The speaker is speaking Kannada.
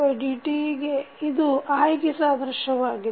dxdt ಇದು i ಗೆ ಸಾದೃಶಯವಾಗಿದೆ